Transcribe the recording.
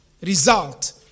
result